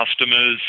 customers